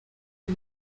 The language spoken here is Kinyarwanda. byo